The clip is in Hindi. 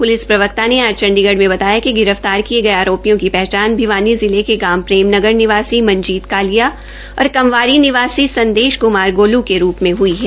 पुलिस प्रवक्ता ने आज चण्डीगढ में बताया कि गिरफतार किए गए आरोपियों की पहचान भिवानी जिले के गांव प्रेमनगर निवासी मंजीत कालिया और कवारी निवासी संदेश क्मार गोलू के रूप में हई है